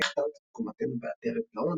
והכתרת את תקומתנו בעטרת גאון",